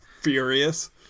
furious